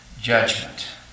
judgment